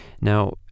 Now